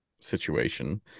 situation